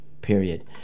period